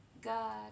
God